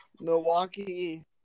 Milwaukee